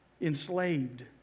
enslaved